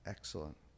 Excellent